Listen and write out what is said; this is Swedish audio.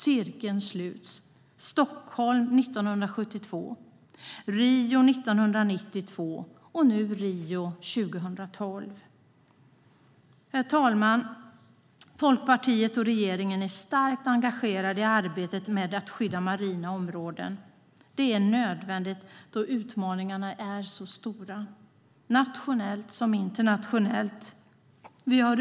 Cirkeln sluts: Stockholm 1972, Rio 1992 och nu Rio 2012. Herr talman! Folkpartiet och regeringen är starkt engagerade i arbetet med att skydda marina områden. Det är nödvändigt då utmaningarna är så stora såväl nationellt som internationellt.